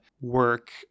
work